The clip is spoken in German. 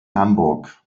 hamburg